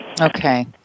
Okay